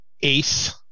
ACE